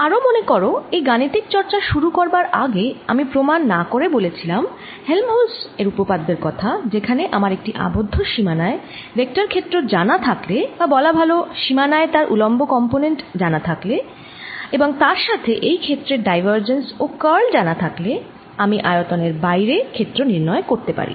আরও মনে করো এই গাণিতিক চর্চা শুরু করবার আগে আমি প্রমাণ না করে বলেছিলাম হেল্মহোলৎয এর উপপাদ্যের কথা যেখানে আমার একটি আবদ্ধ সীমানায় ভেক্টর ক্ষেত্র জানা থাকলে বা বলা ভাল সীমানায় তার উলম্ব কম্পনেন্ট জানা থাকলে এবং তার সাথে এই ক্ষেত্রের ডাইভারজেন্স ও কার্ল জানা থাকলে আমি আয়তনের বাইরে ক্ষেত্র নির্ণয় করতে পারি